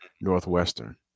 Northwestern